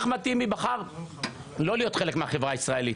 אחמד טיבי בחר לא להיות חלק מהחברה הישראלית,